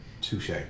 Touche